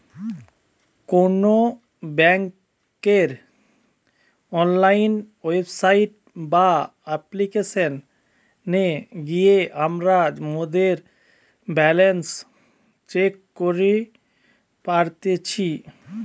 কোনো বেংকের online website বা অপ্লিকেশনে গিয়ে আমরা মোদের ব্যালান্স চেক করি পারতেছি